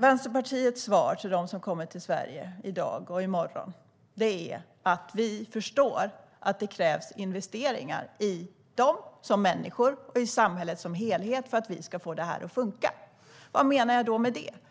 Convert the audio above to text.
Vänsterpartiets svar till dem som kommer till Sverige i dag och i morgon är att vi förstår att det krävs investeringar i dem som människor och i samhället som helhet för att vi ska få det här att funka. Vad menar jag då med det?